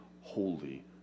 holy